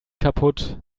kaputt